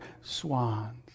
swans